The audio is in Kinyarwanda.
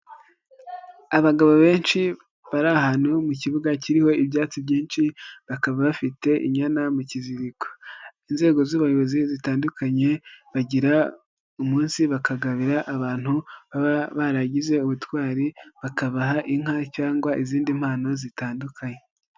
Abagabo benshi bari ahantu mu kibuga kiriho ibyatsi byinshi, bakaba bafite inyana mu kiziriko. Inzego z'ubuyobozi zitandukanye bagira umunsi bakagabira abantu baba baragize ubutwari, bakabaha inka cyangwa izindi mpano zitandukanye.